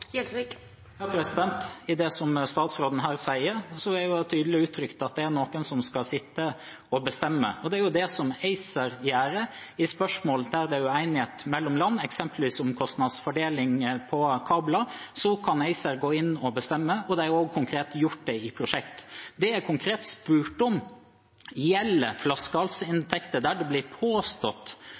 I det som statsråden her sier, er det tydelig uttrykt at det er noen som skal sitte og bestemme. Det er det som ACER gjør. I spørsmål der det er uenighet mellom land, eksempelvis om kostnadsfordeling på kabler, kan ACER gå inn og bestemme, og de har også konkret gjort det i prosjekt. Det jeg konkret spurte om, gjelder flaskehalsinntekter, der det blir påstått